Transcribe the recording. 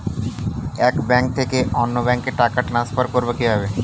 এক ব্যাংক থেকে অন্য ব্যাংকে টাকা ট্রান্সফার করবো কিভাবে?